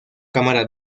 cámara